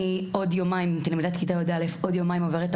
עוד תלמידת כיתה י"א ועוד יומיים עוברת את